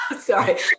Sorry